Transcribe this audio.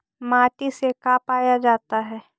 माटी से का पाया जाता है?